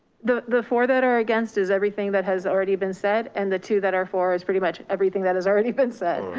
the the four that are against is everything that has already been said. and the two that are for is pretty much everything that has already been said.